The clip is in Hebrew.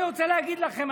אני רוצה להגיד לכם,